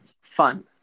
Fun